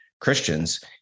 Christians